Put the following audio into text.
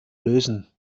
lösen